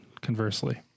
conversely